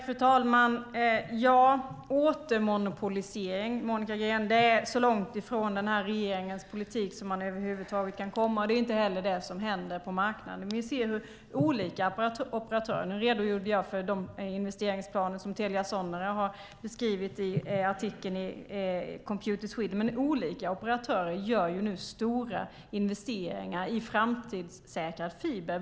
Fru talman! Återmonopolisering, Monica Green, är så långt ifrån den här regeringens politik som man över huvud taget kan komma, och det är inte heller det som händer på marknaden. Jag redogjorde för de investeringsplaner som Telia Sonera har beskrivit i artikeln i Computer Sweden, men olika operatörer gör nu stora investeringar i framtidssäkrad fiber.